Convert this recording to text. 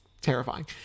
terrifying